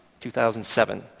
2007